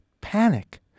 panic